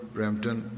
Brampton